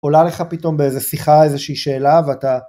עולה לך פתאום באיזו שיחה איזושהי שאלה ואתה...